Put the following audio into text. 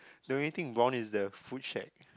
the only thing wrong is the a food shack